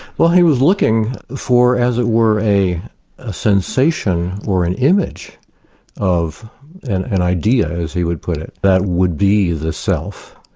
well he was looking for, as it were, a ah sensation or an image of and an idea, as he would put it, that would be the self,